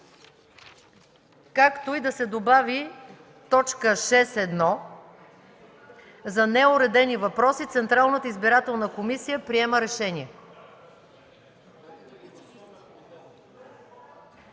Както и да се добави т. 6.1. „за неуредени въпроси Централната избирателна комисия приема решение”.